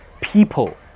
people